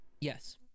Yes